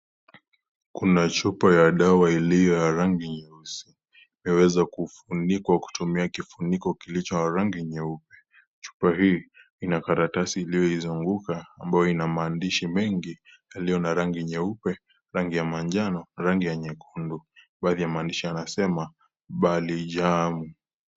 Kuna chupa ya dawa iliyo na rangi nyeusi ,imeweza kufunikwa kutumia kifuniko cha rangi nyeupe ,chupa hii ina karatasi iliyozunguka iliyo na maandishi mengi iliyo na rangi nyeupe , rangi ya manjano, rangi ya nyekundu. Baadhi ya maandishi yanasema Bali jam.